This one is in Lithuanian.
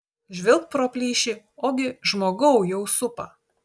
žvilgt pro plyšį ogi žmogau jau supa